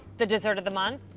the dessert of the month,